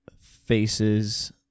Faces